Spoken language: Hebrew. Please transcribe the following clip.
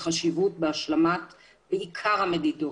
החשיבות בהשלמת בעיקר המדידות,